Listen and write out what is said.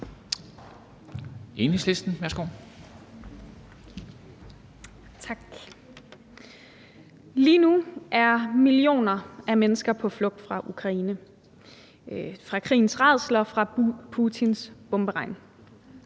Villadsen (EL): Tak. Lige nu er millioner af mennesker på flugt fra Ukraine, fra krigens rædsler, fra Putins bomberegn.